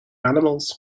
animals